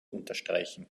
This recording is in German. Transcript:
unterstreichen